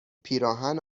پیراهن